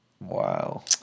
Wow